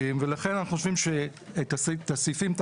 ולכן, אנחנו חושבים שאת הסעיפים,